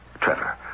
Trevor